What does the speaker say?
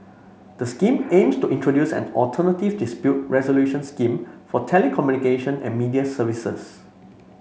the scheme aims to introduce an alternative dispute resolution scheme for telecommunication and media services